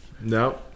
No